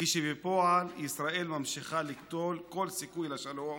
כשבפועל ישראל ממשיכה לקטול כל סיכוי לשלום